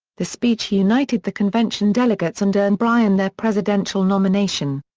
the speech united the convention delegates and earned bryan their presidential nomination.